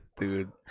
dude